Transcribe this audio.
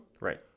Right